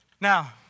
Now